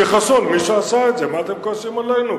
תכעסו על מי שעשה את זה, מה אתם כועסים עלינו?